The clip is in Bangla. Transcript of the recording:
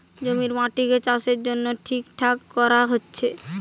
জমির মাটিকে চাষের জন্যে ঠিকঠাক কোরা হচ্ছে